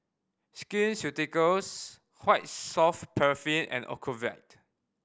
Skin Ceuticals White Soft Paraffin and Ocuvite